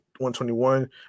121